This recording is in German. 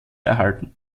erhalten